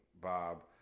Bob